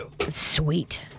Sweet